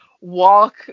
walk